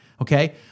okay